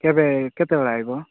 କେବେ କେତେବେଳେ ଆସିବ